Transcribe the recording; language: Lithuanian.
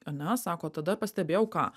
ane sako tada pastebėjau ką